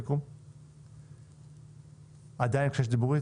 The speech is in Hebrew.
כשיש דיבורית,